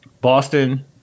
Boston